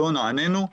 לא נענינו,